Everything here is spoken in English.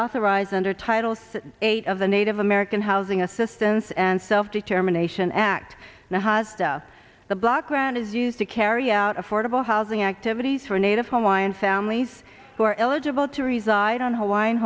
authorized under title eight of the native american housing assistance and self determination act now has the the block grant is used to carry out affordable housing activities for native hawaiian families who are eligible to reside on hawaiian